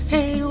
Hey